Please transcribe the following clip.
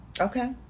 Okay